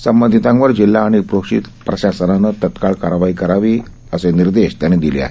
संबंधितांवर जिल्हा आणि पोलीस प्रशासनानं तात्काळ कारवाई करावी असे निर्देश त्यांनी दिले आहेत